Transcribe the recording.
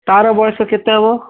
ତା'ର ବୟସ କେତେ ହେବ